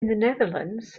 netherlands